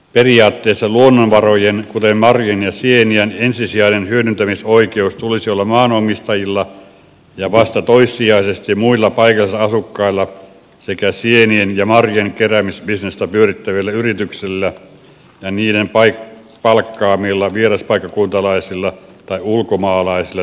periaatteessa luonnonvarojen kuten marjojen ja sienien ensisijainen hyödyntämisoikeus tulisi olla maanomistajilla ja vasta toissijaisesti muilla paikallisilla asukkailla sekä sienien ja marjojen keräämisbisnestä pyörittävillä yrityksillä ja niiden palkkaamilla vieraspaikkakuntalaisilla tai ulkomaalaisilla työntekijöillä